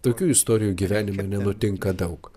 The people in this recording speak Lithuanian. tokių istorijų gyvenime nenutinka daug